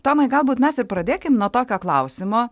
tomai galbūt mes ir pradėkim nuo tokio klausimo